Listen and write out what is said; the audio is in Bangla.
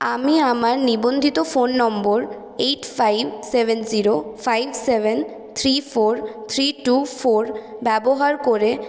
আমি আমার নিবন্ধিত ফোন নম্বর eight five seven zero five seven three four three two four ব্যবহার করে